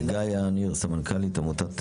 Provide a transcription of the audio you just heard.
גאיה ניר, סמנכ"לית עמותת חמניות.